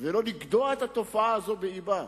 ולא נגדע את התופעה הזאת באבה?